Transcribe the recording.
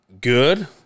good